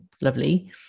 Lovely